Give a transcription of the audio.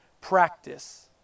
practice